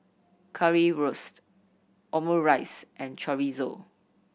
Currywurst Omurice and Chorizo